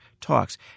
talks